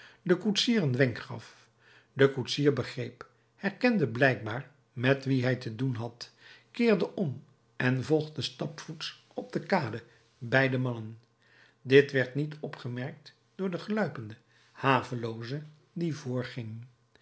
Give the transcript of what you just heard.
den koetsier een wenk gaf de koetsier begreep herkende blijkbaar met wien hij te doen had keerde om en volgde stapvoets op de kade beide mannen dit werd niet opgemerkt door den gluipenden havelooze die